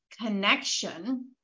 connection